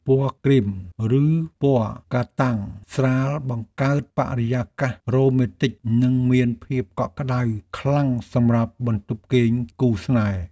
ពណ៌គ្រីមឬពណ៌កាតាំងស្រាលបង្កើតបរិយាកាសរ៉ូមែនទិកនិងមានភាពកក់ក្តៅខ្លាំងសម្រាប់បន្ទប់គេងគូស្នេហ៍។